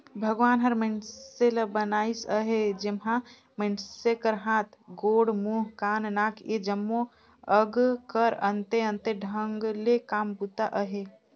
भगवान हर मइनसे ल बनाइस अहे जेम्हा मइनसे कर हाथ, गोड़, मुंह, कान, नाक ए जम्मो अग कर अन्ते अन्ते ढंग ले काम बूता अहे